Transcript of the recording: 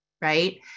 Right